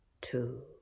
two